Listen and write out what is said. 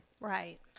Right